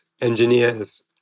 engineers